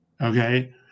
Okay